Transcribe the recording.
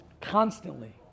constantly